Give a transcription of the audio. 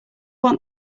want